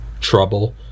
Trouble